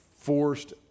forced